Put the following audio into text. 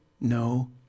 no